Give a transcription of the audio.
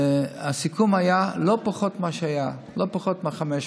הסיכום היה: לא פחות ממה שהיה, לא פחות מ-500.